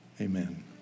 Amen